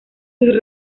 sus